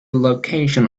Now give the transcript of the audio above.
location